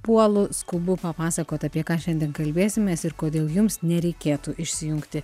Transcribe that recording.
puolu skubu papasakot apie ką šiandien kalbėsimės ir kodėl jums nereikėtų išsijungti